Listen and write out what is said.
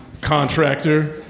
contractor